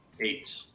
eight